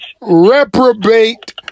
reprobate